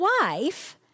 wife